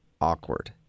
awkward